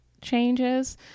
changes